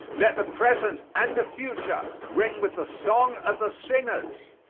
let the present and the future ring with the song of the singers.